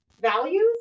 values